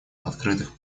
открытых